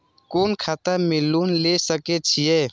कोन खाता में लोन ले सके छिये?